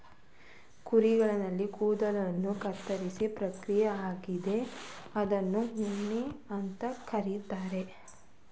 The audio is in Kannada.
ಕುರಿಗಳಲ್ಲಿನ ಕೂದಲುಗಳನ್ನ ಕತ್ತರಿಸೋ ಪ್ರಕ್ರಿಯೆ ಆಗಿದೆ ಇದ್ನ ಉಣ್ಣೆ ಅಂತ ಕರೀತಾರೆ